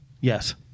Yes